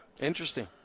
Interesting